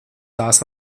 tās